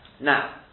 Now